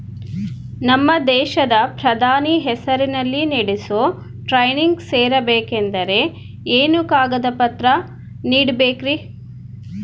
ನಮ್ಮ ದೇಶದ ಪ್ರಧಾನಿ ಹೆಸರಲ್ಲಿ ನಡೆಸೋ ಟ್ರೈನಿಂಗ್ ಸೇರಬೇಕಂದರೆ ಏನೇನು ಕಾಗದ ಪತ್ರ ನೇಡಬೇಕ್ರಿ?